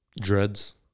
dreads